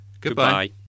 Goodbye